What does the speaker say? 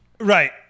Right